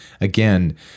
again